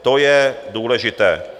To je důležité.